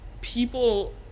people